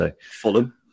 Fulham